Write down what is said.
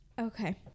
okay